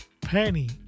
penny